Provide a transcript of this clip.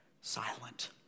silent